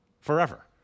forever